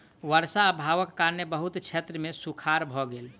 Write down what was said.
वर्षा अभावक कारणेँ बहुत क्षेत्र मे सूखाड़ भ गेल